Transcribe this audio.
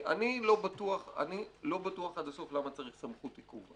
אני לא בטוח עד הסוף למה צריך סמכות עיכוב.